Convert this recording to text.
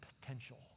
potential